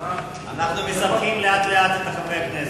אנחנו מספחים לאט-לאט את חברי הכנסת.